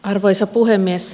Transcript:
arvoisa puhemies